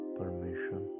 permission